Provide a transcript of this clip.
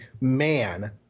man